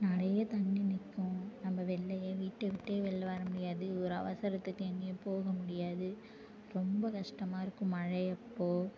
நிறைய தண்ணி நிற்கும் நம்ம வெளிலயே வீட்டை விட்டே வெளில வர முடியாது ஒரு அவசரத்துக்கு எங்கேயும் போக முடியாது ரொம்ப கஷ்டமாக இருக்கும் மழை அப்போது